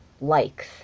likes